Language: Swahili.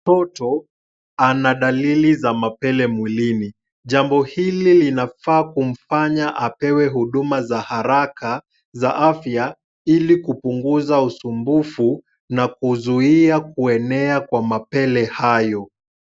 Mtoto, ana dalili ya mapele mwilini. Jambo hili linafaa kumfanya apewe huduma za haraka, za afya ili kupunguza usumbufu, na kuzia kuenea kwa mapele hayo.